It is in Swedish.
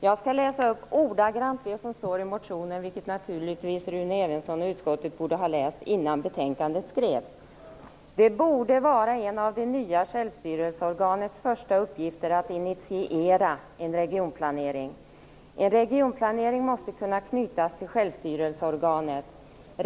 Jag skall läsa upp ordagrant det som står i motionen, vilket naturligtvis Rune Evensson och utskottet borde ha läst innan betänkandet skrevs: Det borde vara en av det nya självstyrelseorganets första uppgifter att initiera en regionplanering. En regionplanering måste kunna knytas till självstyrelseorganet.